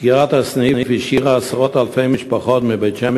סגירת הסניף השאירה עשרות-אלפי משפחות מבית-שמש